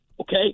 okay